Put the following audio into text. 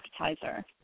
appetizer